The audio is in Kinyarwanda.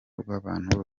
rw’abantu